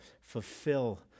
fulfill